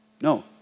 No